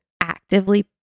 actively